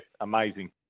amazing